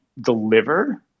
deliver